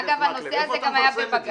אגב, הנושא הזה היה גם בבג"צ.